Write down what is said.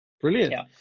Brilliant